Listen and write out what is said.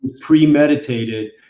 premeditated